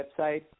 website